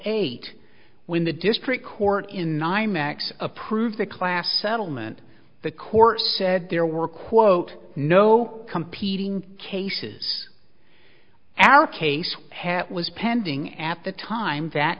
eight when the district court in nymex approved the class settlement the court said there were quote no competing cases our case hat was pending at the time that